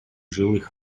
жилых